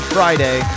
Friday